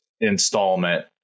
installment